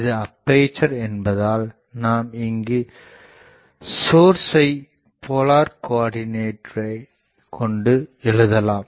இது அப்பேசர் என்பதால் நாம் இங்கு சோர்ஸை போலார் கோஆர்டினட்டை கொண்டு எழுதலாம்